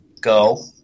go